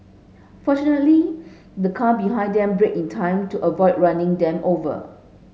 fortunately the car behind them braked in time to avoid running them over